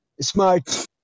smart